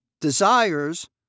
desires